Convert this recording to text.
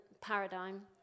paradigm